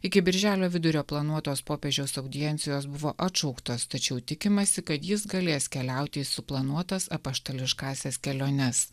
iki birželio vidurio planuotos popiežiaus audiencijos buvo atšauktos tačiau tikimasi kad jis galės keliauti į suplanuotas apaštališkąsias keliones